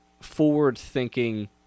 forward-thinking